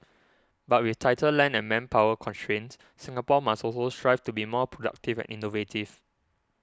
but with tighter land and manpower constraints Singapore must also strive to be more productive and innovative